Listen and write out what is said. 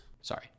Sorry